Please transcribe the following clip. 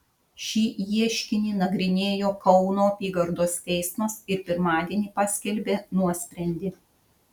šį ieškinį nagrinėjo kauno apygardos teismas ir pirmadienį paskelbė nuosprendį